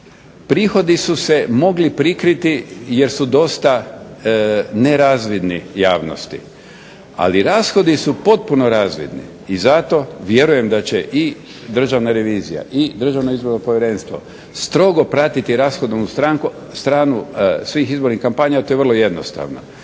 Prihodi su se mogli prikriti jer su dosta nerazvidni javnosti, ali rashodi su potpuno razvidni, i zato vjerujem da će i državna revizija i Državno izborno povjerenstvo strogo pratiti rashodovnu stranu svih izbornih kampanja, to je vrlo jednostavno,